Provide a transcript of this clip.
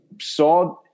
saw